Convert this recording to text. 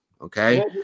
Okay